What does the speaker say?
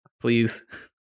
please